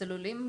אצל עולים,